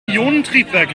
ionentriebwerk